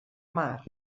mar